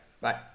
Bye